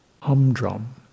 humdrum